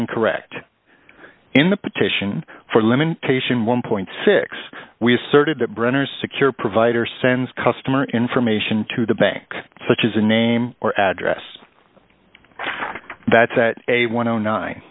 incorrect in the petition for limitation one point six we asserted that brenner secure provider sends customer information to the bank such as a name or address that's at a one